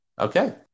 Okay